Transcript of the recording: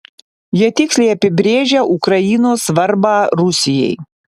jie tiksliai apibrėžia ukrainos svarbą rusijai